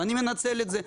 ואני מנצל את זה.